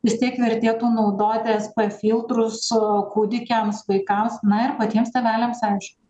vis tiek vertėtų naudoti sp filtrus kūdikiams vaikams na ir patiems tėveliams aišku